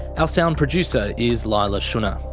ah sound producer is leila shunnar,